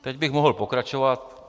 Teď bych mohl pokračovat.